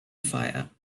fire